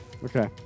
Okay